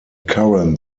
current